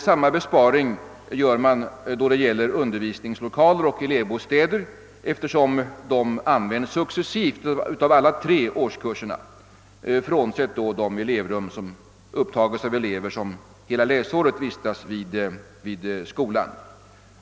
Samma besparing uppnås i fråga om undervisningslokaler och elevbostäder, eftersom dessa används successivt av alla tre årskurserna. Därvid bortser jag från det elevrum som upptas av de elever som hela läsåret vistas i skolan.